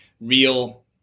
real